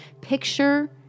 Picture